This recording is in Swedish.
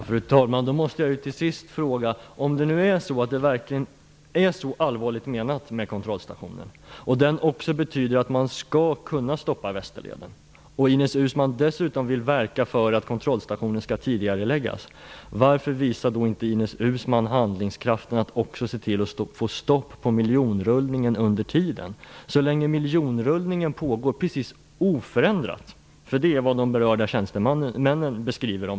Fru talman! Då måste jag till sist ställa ytterligare en fråga. Om kontrollstationen verkligen är så allvarligt menad, om den också innebär att man skall kunna stoppa Västerleden och om Ines Uusmann dessutom vill verka för att kontrollstationen skall tidigareläggas, varför visar Ines Uusmann då inte handlingskraften att se till att få stopp på den miljonrullning som sker under tiden? De berörda tjänstemännen beskriver att miljonrullningen pågår precis oförändrat. Det har inte skett någonting.